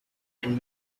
and